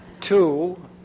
two